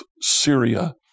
Syria